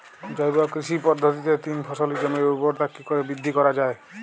জৈব কৃষি পদ্ধতিতে তিন ফসলী জমির ঊর্বরতা কি করে বৃদ্ধি করা য়ায়?